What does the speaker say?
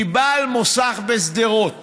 כי בעל מוסך בשדרות